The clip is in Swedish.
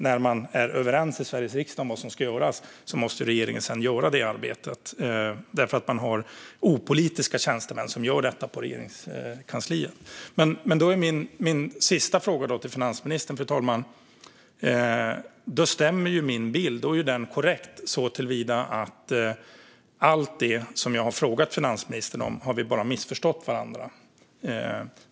När man är överens i Sveriges riksdag om vad som ska göras måste regeringen sedan göra det arbetet. Man har opolitiska tjänstemän som gör detta på Regeringskansliet. Då har jag en sista fundering jag vill ta upp med finansministern, fru talman. Om det är så här stämmer min bild. Då är den korrekt såtillvida att vi bara har missförstått varandra när det gäller allt det som jag har frågat finansministern om.